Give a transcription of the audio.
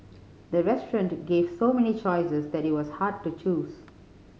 the restaurant gave so many choices that it was hard to choose